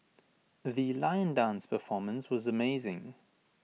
the lion dance performance was amazing